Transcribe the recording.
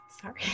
Sorry